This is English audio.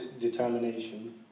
determination